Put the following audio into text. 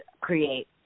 create